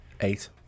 eight